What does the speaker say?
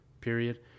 period